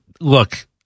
look